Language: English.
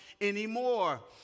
anymore